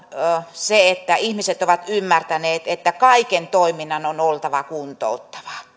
se että ihmiset ovat ymmärtäneet että kaiken toiminnan on on oltava kuntouttavaa